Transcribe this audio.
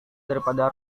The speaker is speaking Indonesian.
daripada